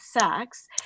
sex